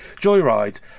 Joyride